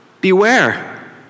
Beware